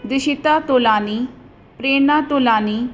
Dishita Tolani Prerna Tolani